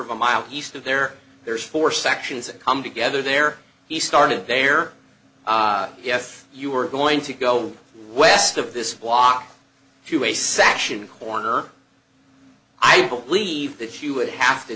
of a mile east of there there's four sections that come together there he started there yes you are going to go west of this walk to a section corner i believe that hugh would have to